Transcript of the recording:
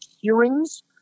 hearings